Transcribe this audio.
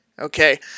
Okay